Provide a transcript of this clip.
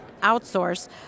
outsource